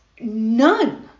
None